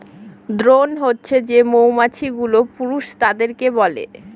drone হছে যে মৌমাছি গুলো পুরুষ তাদেরকে বলে